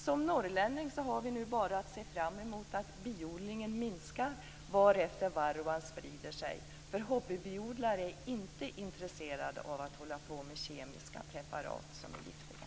Som norrlänningar har vi nu bara att se fram emot att biodlingen minskar vartefter varroan sprider sig. Hobbybiodlare är nämligen inte intresserade av att använda kemiska preparat som är giftiga.